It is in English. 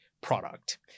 product